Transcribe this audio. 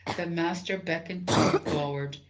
the master beckoned tom forward.